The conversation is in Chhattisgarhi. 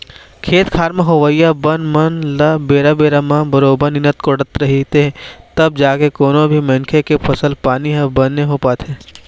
खेत खार म होवइया बन मन ल बेरा बेरा म बरोबर निंदत कोड़त रहिथे तब जाके कोनो भी मनखे के फसल पानी ह बने हो पाथे